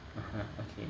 (uh huh) okay